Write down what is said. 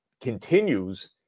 continues